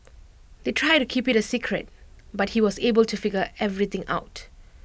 they tried to keep IT A secret but he was able to figure everything out